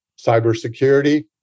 cybersecurity